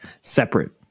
separate